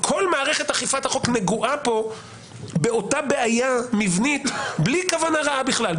כל מערכת אכיפת החוק נגועה פה באותה בעיה מבנית בלי כוונה רעה בכלל.